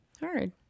Hard